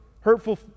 Hurtful